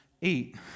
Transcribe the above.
Eat